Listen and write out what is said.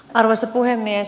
arvoisa puhemies